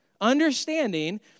understanding